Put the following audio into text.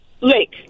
Lake